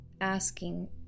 Asking